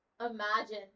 imagine